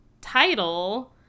title